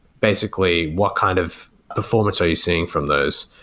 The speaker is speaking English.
basically what kind of performance are you seeing from those?